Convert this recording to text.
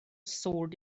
sword